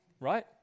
right